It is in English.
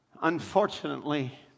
Unfortunately